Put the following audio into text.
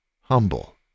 humble